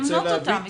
צריך למנות אותם.